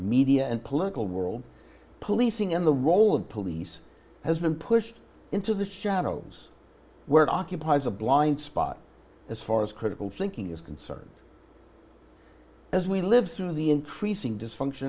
media and political world policing and the role of police has been pushed into the shadows where occupies a blind spot as far as critical thinking is concerned as we live through the increasing